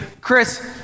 Chris